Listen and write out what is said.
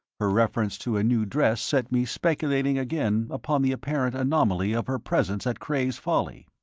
her reference to a new dress set me speculating again upon the apparent anomaly of her presence at cray's folly.